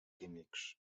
químics